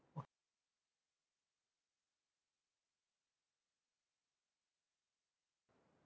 what